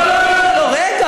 לא, לא לא לא לא לא, רגע.